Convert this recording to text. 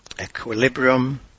equilibrium